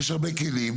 ויש הרבה כלים.